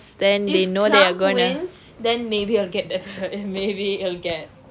if trump wins then maybe we will get there maybe it'll get